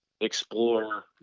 explore